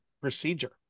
procedure